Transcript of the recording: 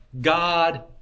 God